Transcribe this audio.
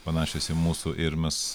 panašios į mūsų ir mes